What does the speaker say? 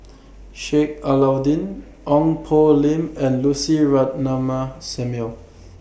Sheik Alau'ddin Ong Poh Lim and Lucy Ratnammah Samuel